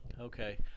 Okay